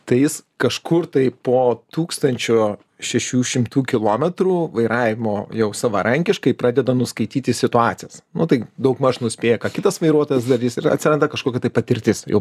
tai jis kažkur tai po tūkstančio šešių šimtų kilometrų vairavimo jau savarankiškai pradeda nuskaityti situacijas nu tai daugmaž nuspėja ką kitas vairuotojas darys ir atsiranda kažkokia tai patirtis jau